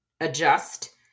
adjust